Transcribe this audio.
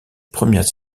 premières